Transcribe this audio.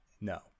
no